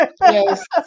yes